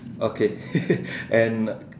okay and